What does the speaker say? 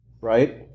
right